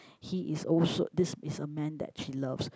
he is also this is the man that she loves